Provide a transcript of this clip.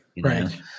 right